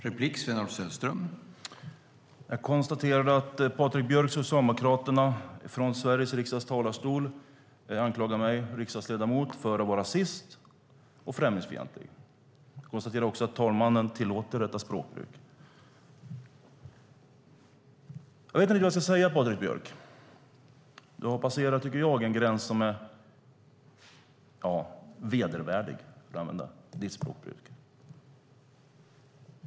Herr talman! Jag konstaterar att Patrik Björck, Socialdemokraterna, från Sveriges riksdags talarstol anklagar mig, en riksdagsledamot, för att vara rasist och främlingsfientlig. Jag konstaterar också att talmannen tillåter detta språkbruk. Jag vet inte riktigt vad jag ska säga, Patrik Björck. Jag tycker att du har passerat gränsen för vad som är vedervärdigt, för att använda ditt språkbruk.